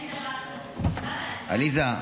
בהצעת החוק הנוכחית, כמובן,